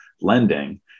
lending